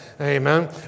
Amen